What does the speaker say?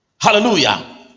Hallelujah